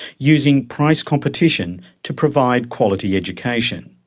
using price competition to provide quality education.